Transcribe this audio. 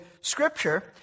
Scripture